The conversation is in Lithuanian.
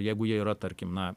jeigu jie yra tarkim na